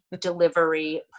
delivery